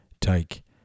take